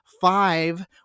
Five